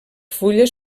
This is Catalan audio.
fulles